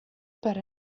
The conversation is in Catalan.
per